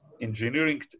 engineering